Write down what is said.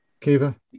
Kiva